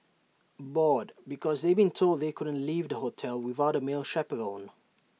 bored because they'd been told they couldn't leave the hotel without A male chaperone